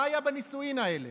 מה היה בנישואים האלה?